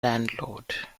landlord